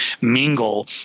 mingle